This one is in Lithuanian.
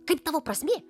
kaip tavo prasmė